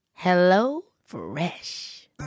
HelloFresh